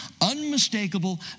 unmistakable